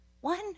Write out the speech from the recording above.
one